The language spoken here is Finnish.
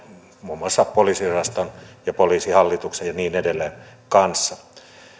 muun muassa poliisiosaston ja poliisihallituksen ja niin edelleen kanssa